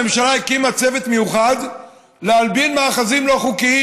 הממשלה הקימה צוות מיוחד להלבין מאחזים לא חוקיים.